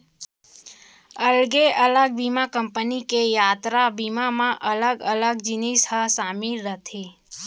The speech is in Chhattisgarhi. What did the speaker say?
अलगे अलग बीमा कंपनी के यातरा बीमा म अलग अलग जिनिस ह सामिल रथे